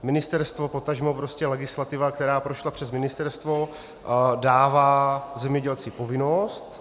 Ministerstvo, potažmo legislativa, která prošla přes ministerstvo, dává zemědělci povinnost.